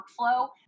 workflow